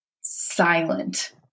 silent